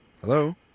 Hello